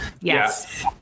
yes